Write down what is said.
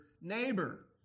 neighbor